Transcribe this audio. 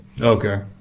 Okay